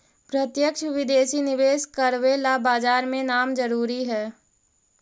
प्रत्यक्ष विदेशी निवेश करवे ला बाजार में नाम जरूरी है